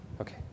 Okay